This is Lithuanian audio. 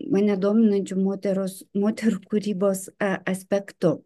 mane dominančiu moteros moterų kūrybos aspektu